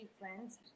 friends